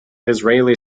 israeli